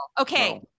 Okay